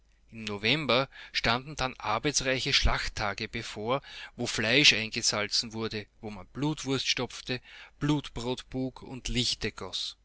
november standen dann arbeitsreiche schlachttage bevor wo fleisch eingesalzen wurde wo man blutwurst stopfte blutbrot buk und